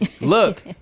Look